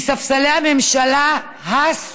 מספסלי הממשלה הס ודממה.